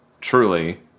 truly